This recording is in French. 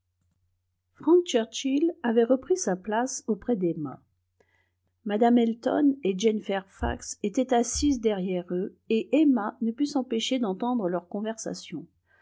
churchill avait repris sa place auprès d'emma mme elton et jane fairfax étaient assises derrière eux et emma ne put s'empêcher d'entendre leur conversation